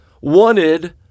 wanted